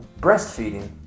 breastfeeding